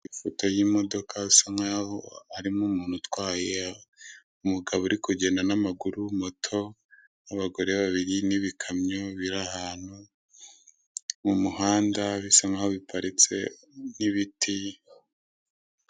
Ifoto y'imodoka bisa nkaho harimo umuntu utwaye, umugabo uri kugenda n'amaguru, moto n'abagore babiri n'ibikamyo biri ahantu mu muhanda bisa nkaho biparitse n'ibiti.